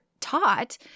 taught